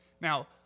Now